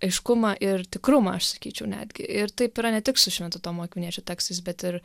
aiškumą ir tikrumą aš sakyčiau netgi ir taip yra ne tik su švento tomo akviniečio tekstais bet ir